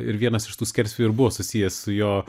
ir vienas iš tų skersvėjų buvo susijęs su jo